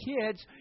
kids